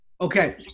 Okay